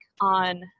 on